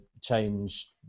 change